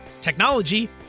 technology